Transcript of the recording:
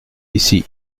ici